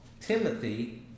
Timothy